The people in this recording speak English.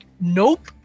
nope